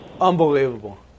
Unbelievable